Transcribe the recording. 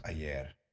ayer